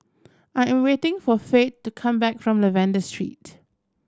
I am waiting for Faith to come back from Lavender Street